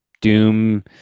doom